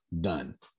done